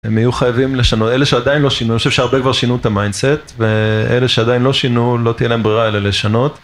הם יהיו חייבים לשנות, אלה שעדיין לא שינו, אני חושב שהרבה כבר שינו את המיינסט ואלה שעדיין לא שינו לא תהיה להם ברירה אלא לשנות.